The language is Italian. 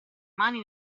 mani